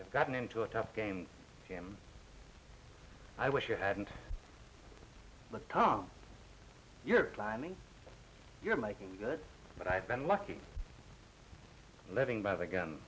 has gotten into a tough game jim i wish you hadn't looked tom you're climbing you're making good but i've been lucky living by the gun